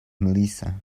melissa